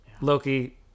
Loki